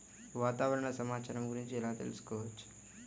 వాతావరణ సమాచారము గురించి ఎలా తెలుకుసుకోవచ్చు?